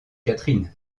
catherine